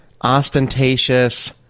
ostentatious